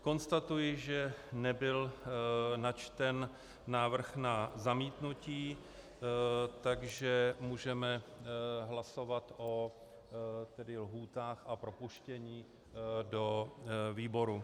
Konstatuji, že nebyl načten návrh na zamítnutí, takže můžeme hlasovat o lhůtách a o propuštění do výborů.